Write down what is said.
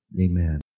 Amen